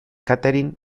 katherine